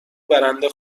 برنده